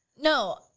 No